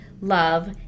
love